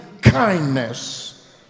kindness